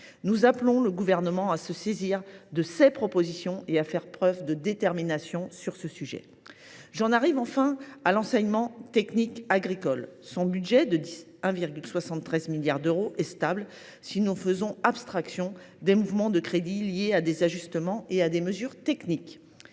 Nous appelons le Gouvernement à se saisir de ces propositions et à faire preuve de détermination sur le sujet. J’en arrive enfin à l’enseignement technique agricole. Son budget de 1,73 milliard d’euros est stable, si nous faisons abstraction des mouvements de crédits liés à des ajustements et à des mesures techniques.